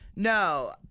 No